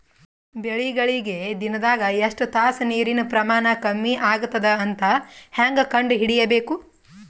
ಬೆಳಿಗಳಿಗೆ ದಿನದಾಗ ಎಷ್ಟು ತಾಸ ನೀರಿನ ಪ್ರಮಾಣ ಕಮ್ಮಿ ಆಗತದ ಅಂತ ಹೇಂಗ ಕಂಡ ಹಿಡಿಯಬೇಕು?